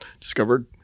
discovered